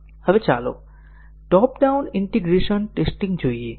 હવે ચાલો top down integration testing જોઈએ